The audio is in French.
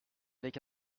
avec